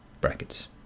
Brackets